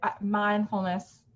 mindfulness